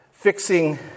fixing